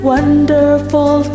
Wonderful